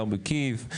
גר בקייב.